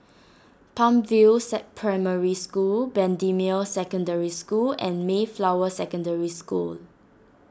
Palm View set Primary School Bendemeer Secondary School and Mayflower Secondary School